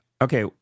Okay